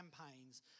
campaigns